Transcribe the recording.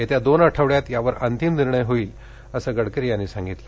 येत्या दोन आठवड्यात त्यावर अंतिम निर्णय होईल असं गडकरी यांनी सांगितलं